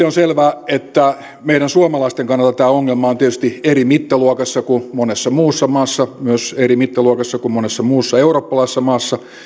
on selvää että meidän suomalaisten kannalta tämä ongelma on tietysti eri mittaluokassa kuin monessa muussa maassa myös eri mittaluokassa kuin monessa muussa eurooppalaisessa maassa